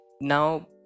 Now